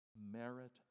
merit